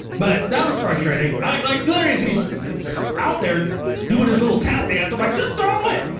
but that was frustrating. i liked hillary's he's so out there doing his little tap dance. i'm like, just throw it.